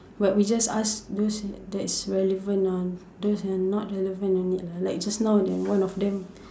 but we just ask those that's relevant lah those are not relevant don't need lah like just now there's one of them